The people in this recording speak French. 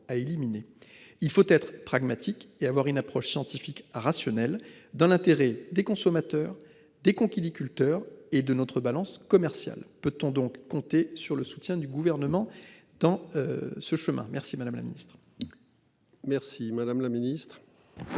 Il faut être pragmatique et avoir une approche scientifique rationnelle dans l'intérêt des consommateurs, des cons qui dit culteurs et de notre balance commerciale. Peu de temps donc compter sur le soutien du gouvernement dans. Ce chemin. Merci, madame la Ministre.